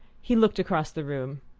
he looked across the room.